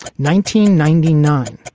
nineteen ninety nine,